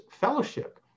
fellowship